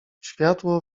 światło